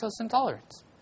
intolerance